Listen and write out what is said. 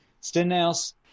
Stenhouse